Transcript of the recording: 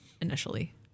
initially